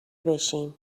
بشین